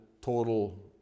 total